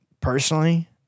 personally